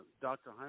Dr